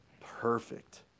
Perfect